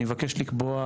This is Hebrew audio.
אני מבקש לקבוע